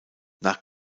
nach